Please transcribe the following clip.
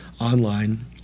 online